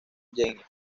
jenny